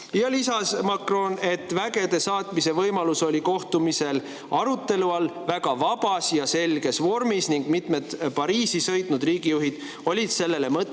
lisas, et vägede saatmise võimalus oli kohtumisel arutelu all väga vabas ja selges vormis ning mitmed Pariisi sõitnud riigijuhid olid selle mõtte